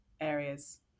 areas